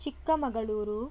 Chikkamagaluru